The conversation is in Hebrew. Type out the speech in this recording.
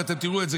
ואתם תראו את זה,